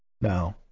No